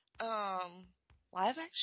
live-action